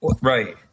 Right